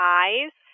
eyes